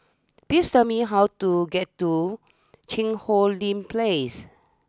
please tell me how to get to Cheang Hong Lim place